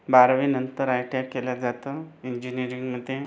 बारावीनंतर I T I केलं जातं इंजिनिअरिंगमध्ये